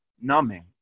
numbing